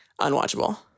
Unwatchable